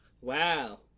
Wow